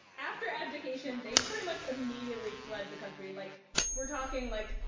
after abdication, they pretty much immediately fled the country. like we're talking like,